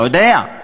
לא יודע,